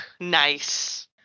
nice